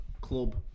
Club